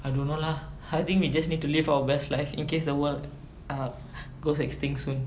I don't know lah I think we just need to live our best life in case the world goes extinct soon